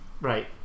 Right